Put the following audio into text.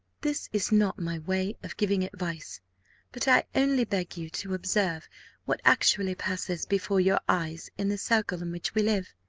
this is not my way of giving advice but i only beg you to observe what actually passes before your eyes in the circle in which we live.